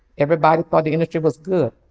everybody thought the industry was good.